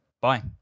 Bye